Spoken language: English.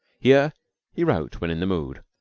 here he wrote when in the mood,